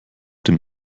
dem